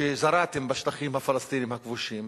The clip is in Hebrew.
שזרעתם בשטחים הפלסטיניים הכבושים.